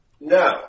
No